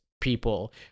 people